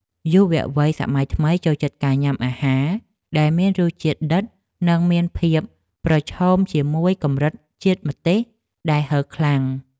យុវវ័យសម័យថ្មីចូលចិត្តការញ៉ាំអាហារដែលមានរសជាតិដិតនិងមានភាពប្រឈមជាមួយកម្រិតជាតិម្ទេសដែលហឹរខ្លាំង។